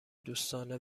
دوستانه